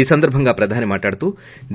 ఈ సందర్బంగా ప్రధాని మాట్లాడుతూ